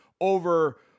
over